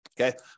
okay